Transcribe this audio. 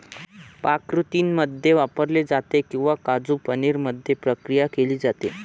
पाककृतींमध्ये वापरले जाते किंवा काजू पनीर मध्ये प्रक्रिया केली जाते